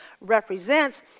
represents